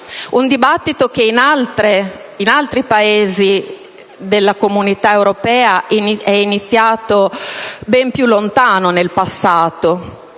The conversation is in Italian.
un dibattito che in altri Paesi della Comunità europea è iniziato ben più lontano nel passato.